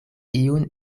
iun